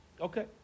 Okay